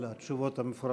על התשובות המפורטות.